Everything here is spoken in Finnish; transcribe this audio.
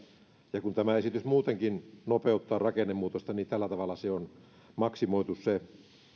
ja kun tämä esitys muutenkin nopeuttaa rakennemuutosta niin tällä tavalla on maksimoitu se